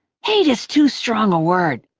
hate is too strong a word,